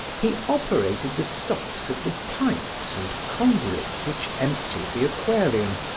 he operated the stops of the pipes and conduits which emptied the aquarium,